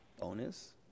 bonus